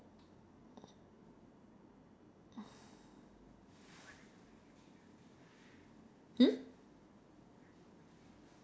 hmm